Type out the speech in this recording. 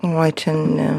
oi čia ne